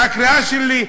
והקריאה שלי,